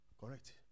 Correct